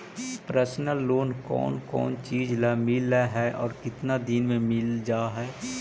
Personal loan कोन कोन चिज ल मिल है और केतना दिन में मिल जा है?